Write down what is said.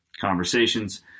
conversations